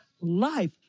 life